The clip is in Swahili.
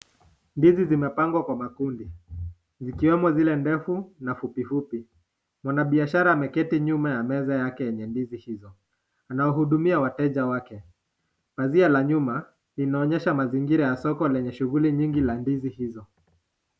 Ndizi zimepangwa kwa makundi, zikiwemo zile ndefu na fupi fupi. Mwanabiashara ameketi nyuma ya meza yake yenye ndizi hizo. Anawahudumia wateja wake. Pazia la nyuma linaonyesha mazingira ya soko lenye shughuli nyingi la ndizi hizo.